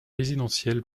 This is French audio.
résidentiel